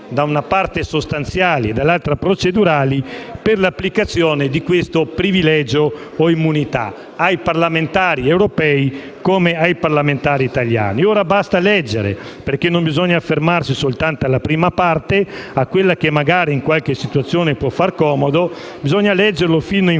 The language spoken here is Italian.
da una parte sostanziali e dall'altra procedurali, per l'applicazione di questo privilegio o immunità ai parlamentari europei, così come ai parlamentari italiani. Ho detto che basta leggere perché non bisogna fermarsi alla prima parte, che magari in qualche situazione può far comodo, ma bisogna leggerla fino in